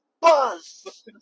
Buzz